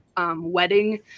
wedding